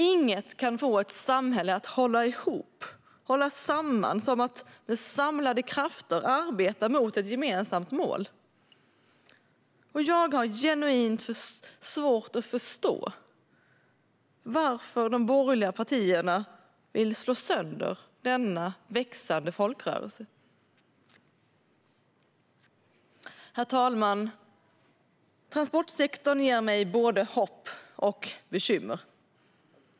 Inget kan få ett samhälle att hålla ihop och hålla samman som att med samlade krafter arbeta mot ett gemensamt mål. Jag har genuint svårt att förstå varför de borgerliga partierna vill slå sönder denna växande folkrörelse. Herr talman! Transportsektorn ger mig både hopp och bekymmer.